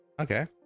Okay